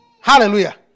Hallelujah